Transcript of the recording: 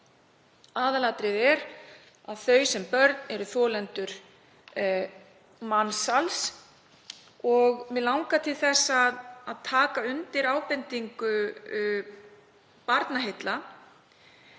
Aðalatriðið er að þau sem börn eru þolendur mansals. Mig langar til að taka undir ábendingu Barnaheilla